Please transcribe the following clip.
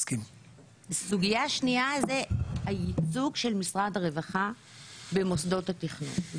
סוגיה שנייה זה הייצוג של משרד הרווחה במוסדות התכנון,